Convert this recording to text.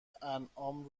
انعام